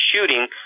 shooting